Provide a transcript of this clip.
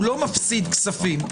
הוא לא מפסיד כספים.